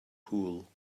pool